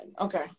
Okay